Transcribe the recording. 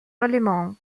allemands